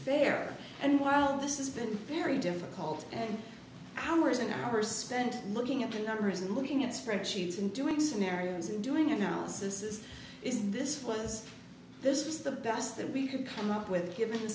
fair and while this has been very difficult and hours and hours spent looking at the numbers and looking at spreadsheets and doing scenarios and doing analysis is is this was this was the best that we could come up with given the